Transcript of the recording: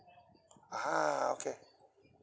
ah okay